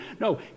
No